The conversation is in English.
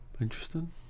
interesting